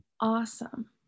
Awesome